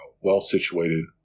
well-situated